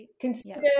Consider